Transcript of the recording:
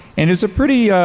and it's a pretty